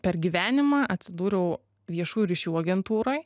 per gyvenimą atsidūriau viešųjų ryšių agentūroj